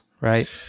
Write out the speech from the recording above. right